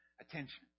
attention